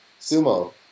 sumo